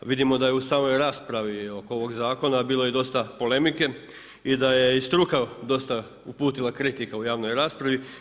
Vidimo da je u samoj raspravi oko ovog zakona bilo dosta polemike i da je i struka dosta uputila kritika u javnoj raspravi.